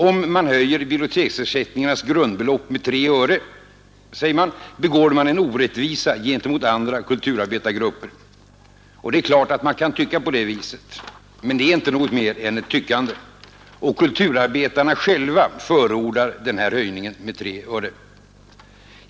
Om man höjer biblioteksersättningens grundbelopp med 3 öre, säger man, begår man en orättvisa gentemot andra kulturarbetargrupper. Det är klart att man kan tycka på det viset — men det är inte något mer än ett tyckande. Och kulturarbetarna själva förordar den här höjningen med 3 öre.